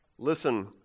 Listen